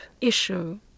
issue